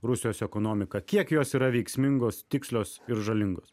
rusijos ekonomiką kiek jos yra veiksmingos tikslios ir žalingos